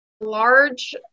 large